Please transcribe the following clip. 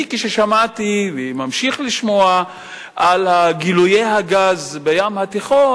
כששמעתי ואני ממשיך לשמוע על גילויי הגז בים התיכון,